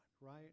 right